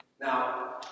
Now